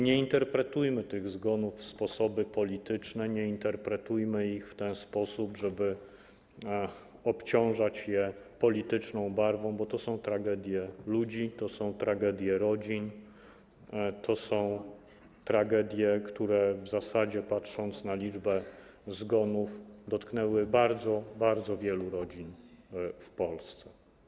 Nie interpretujmy tych zgonów w sposób polityczny, nie interpretujmy ich w ten sposób, żeby obciążać je polityczną barwą, bo to są tragedie ludzi, to są tragedie rodzin, to są tragedie, które w zasadzie, patrząc na liczbę zgonów, dotknęły bardzo, bardzo wiele rodzin w Polsce.